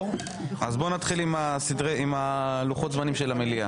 יום ראשון, 10:00. לא יום ראשון הזה.